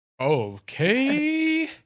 Okay